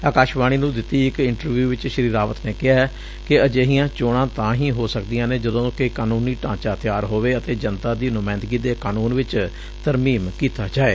ਅਕਾਸ਼ਵਾਣੀ ਨੂੰ ਦਿੱਤੀ ਇਕ ਇੰਟਰਵਿਊ ਵਿਚ ਸ੍ਰੀ ਰਾਵਤ ਨੇ ਕਿਹਾ ਕਿ ਅਜਿਹੀਆਂ ਚੋਣਾਂ ਤਾਂ ਹੀ ਹੋ ਸਕਦੀਆਂ ਨੇ ਜਦੋ ਕਿ ਕਾਨੂੰਨੀ ਢਾਂਚਾ ਤਿਆਰ ਹੋਵੇ ਅਤੇ ਜਨਤਾ ਦੀ ਨੁਮਾਇੰਦਗੀ ਦੇ ਕਾਨੂੰਨ ਵਿਚ ਤਰਮੀਮ ਕੀਤਾ ਜਾਏ